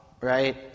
right